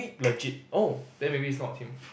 legit oh then maybe it's not him